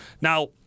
Now